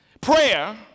Prayer